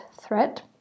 thread